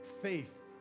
faith